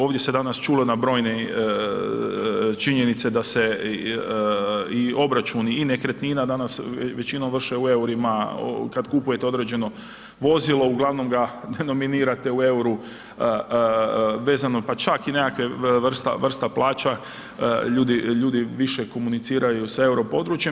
Ovdje se danas čulo na brojne činjenice da se i obračuni i nekretnina danas većinom vrše u EUR-ima, kad kupujete određeno vozilo uglavnom ga denominirate u EUR-u, vezano pa čak i nekakve vrsta plaća ljudi više komuniciraju sa euro područjem.